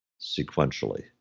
sequentially